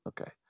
Okay